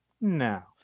now